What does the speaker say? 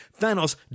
Thanos